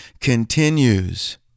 continues